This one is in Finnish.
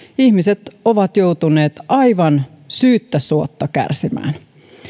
ihmiset ovat joutuneet aivan syyttä suotta kärsimään